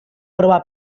prova